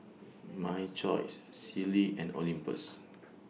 My Choice Sealy and Olympus